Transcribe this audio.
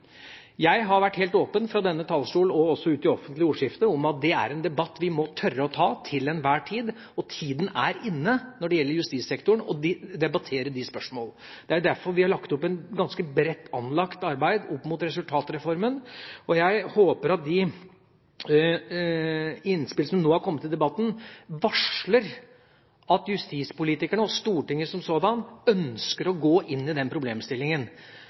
Jeg har fra denne talerstol og også ute i det offentlige ordskiftet vært helt åpen om at det er en debatt vi til enhver tid må tørre å ta, og tida er inne når det gjelder justissektoren, til å debattere de spørsmålene. Det er derfor vi har lagt opp til et ganske bredt anlagt arbeid opp mot resultatreformen, og jeg håper at de innspill som nå er kommet i debatten, varsler at justispolitikerne og Stortinget som sådant ønsker å gå inn i den problemstillingen,